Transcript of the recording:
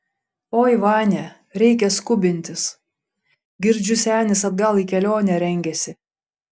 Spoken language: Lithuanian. oi vania reikia skubintis girdžiu senis atgal į kelionę rengiasi